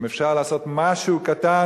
אם אפשר לעשות משהו קטן,